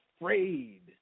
afraid